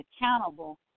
accountable